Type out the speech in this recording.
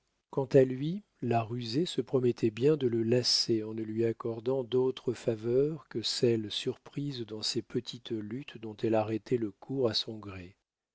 quant à lui la rusée se promettait bien de le lasser en ne lui accordant d'autres faveurs que celles surprises dans ces petites luttes dont elle arrêtait le cours à son gré